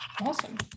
awesome